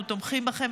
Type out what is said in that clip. אנחנו תומכים בכם,